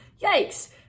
yikes